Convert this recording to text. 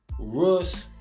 Russ